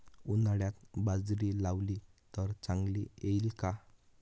उन्हाळ्यात बाजरी लावली तर चांगली येईल का?